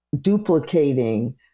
duplicating